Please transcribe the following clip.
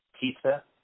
pizza